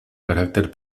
carácter